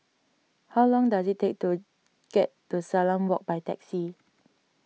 how long does it take to get to Salam Walk by taxi